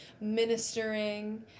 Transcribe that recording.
ministering